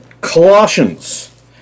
Colossians